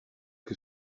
que